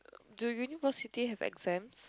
the university have exams